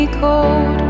cold